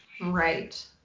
right